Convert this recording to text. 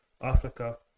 Africa